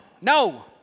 No